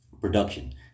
production